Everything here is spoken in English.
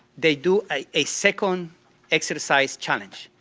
they do a second exercise challenge,